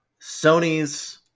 Sony's